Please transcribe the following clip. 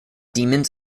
demons